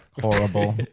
Horrible